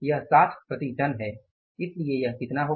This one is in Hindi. यह 60 प्रति टन है इसलिए यह कितना होगा